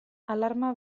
alarma